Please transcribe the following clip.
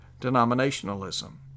denominationalism